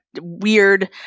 weird